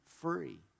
free